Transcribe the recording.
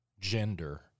gender